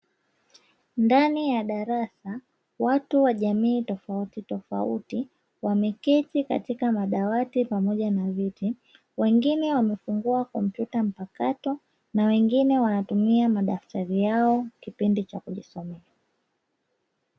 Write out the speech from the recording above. Ndani ya darasa, watu wa jamii tofauti tofauti; wameketi katika madawati pamoja na viti, wengine wamefungua kompyuta mpakato na wengine wanatumia madaftari yao kipindi cha kujisomea.